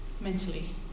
mentally